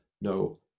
no